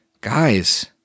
Guys